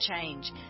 change